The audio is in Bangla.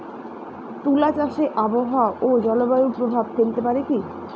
তুলা চাষে আবহাওয়া ও জলবায়ু প্রভাব ফেলতে পারে কি?